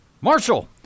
Marshall